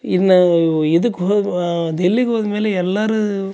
ಇನ್ನು ಇವ್ ಇದಕ್ಕೆ ಹೋಗುವ ದೆಲ್ಲಿಗೆ ಹೋದ್ಮೇಲೆ ಎಲ್ಲರೂ